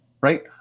right